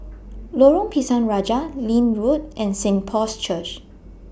Lorong Pisang Raja Leith Road and Saint Paul's Church